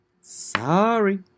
sorry